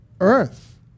earth